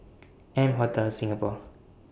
M Hotel Singapore